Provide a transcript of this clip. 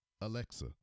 Alexa